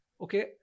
Okay